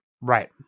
Right